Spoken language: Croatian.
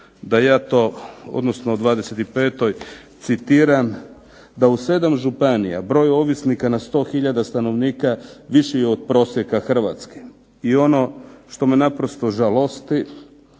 da ja to, odnosno 25. citiram: "Da u 7 županija broj ovisnika na 100 hiljada stanovnika viši je od prosjeka Hrvatske." I ono što me naprosto žalosti